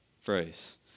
phrase